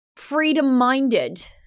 Freedom-minded